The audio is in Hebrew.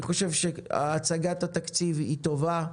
הצגת התקציב היא טובה,